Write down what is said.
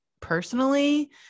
personally